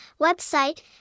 Website